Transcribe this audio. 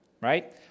right